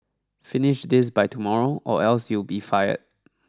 finish this by tomorrow or else you'll be fired